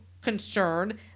concerned